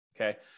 Okay